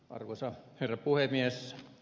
arvoisa herra puhemies